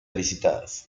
visitadas